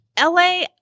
LA